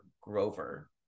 Grover